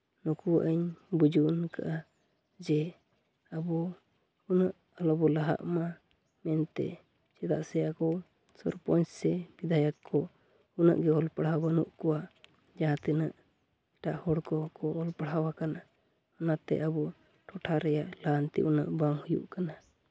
ᱱᱩᱠᱩᱣᱟᱜ ᱤᱧ ᱵᱩᱡᱽᱜᱚᱱ ᱠᱟᱜᱼᱟ ᱡᱮ ᱟᱵᱚ ᱩᱱᱟᱹᱜ ᱵᱟᱵᱚ ᱞᱟᱦᱟᱜ ᱢᱟ ᱢᱮᱱᱛᱮ ᱪᱮᱫᱟᱜ ᱥᱮ ᱟᱠᱚ ᱥᱚᱨᱯᱚᱧᱡᱽ ᱥᱮ ᱵᱤᱫᱷᱟᱭᱚᱠ ᱠᱚ ᱩᱱᱟᱹᱜ ᱜᱮ ᱚᱞ ᱯᱟᱲᱦᱟᱣ ᱵᱟᱹᱱᱩᱜ ᱠᱚᱣᱟ ᱡᱟᱦᱜᱟᱸ ᱛᱤᱱᱟᱹᱜ ᱮᱴᱟᱜ ᱦᱚᱲ ᱠᱚᱠᱚ ᱚᱞ ᱯᱟᱲᱦᱟᱣᱟᱠᱟᱱᱟ ᱚᱱᱟᱛᱮ ᱟᱵᱚ ᱴᱚᱴᱷᱟ ᱨᱮᱭᱟᱜ ᱞᱟᱦᱟᱱᱛᱤ ᱩᱱᱟᱹᱜ ᱵᱟᱝ ᱦᱩᱭᱩᱜ ᱠᱟᱱᱟ